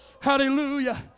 hallelujah